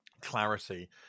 clarity